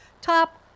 top